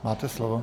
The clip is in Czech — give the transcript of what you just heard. Máte slovo.